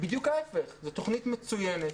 אבל בדיוק ההיפך זאת תוכנית מצוינת,